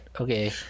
Okay